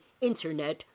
Internet